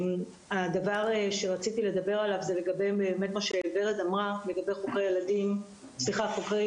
הדבר שרציתי לדבר עליו הוא לגבי מה שורד אמרה בנוגע לחוקרי